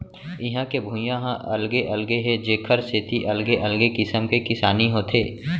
इहां के भुइंया ह अलगे अलगे हे जेखर सेती अलगे अलगे किसम के किसानी होथे